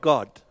God